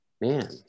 man